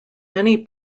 many